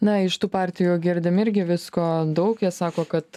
na iš tų partijų girdim irgi visko daug jie sako kad